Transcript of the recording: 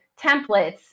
templates